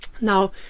Now